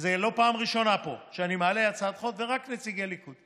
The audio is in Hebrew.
וזאת לא פעם ראשונה פה שאני מעלה הצעת חוק ויש רק נציגי ליכוד,